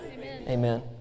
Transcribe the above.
Amen